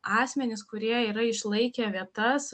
asmenys kurie yra išlaikę vietas